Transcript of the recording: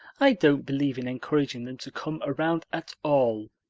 i don't believe in encouraging them to come around at all.